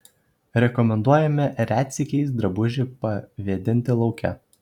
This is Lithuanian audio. rekomenduojame retsykiais drabužį pavėdinti lauke